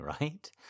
right